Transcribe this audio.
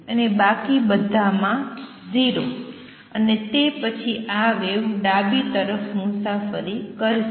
અને બાકી બધા માં 0 અને તે પછી આ વેવ ડાબી તરફ મુસાફરી કરશે